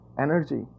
energy